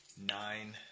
Nine